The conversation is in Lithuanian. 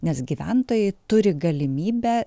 nes gyventojai turi galimybę